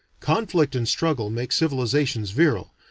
conflict and struggle make civilizations virile,